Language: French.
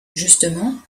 justement